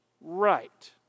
right